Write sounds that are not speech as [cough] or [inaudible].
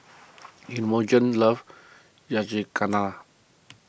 [noise] Imogene loves Yakizakana